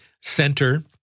center